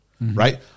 right